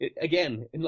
again